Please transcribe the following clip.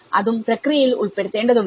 അതും പ്രക്രിയയിൽ ഉൾപ്പെടുത്തേണ്ടതുണ്ട്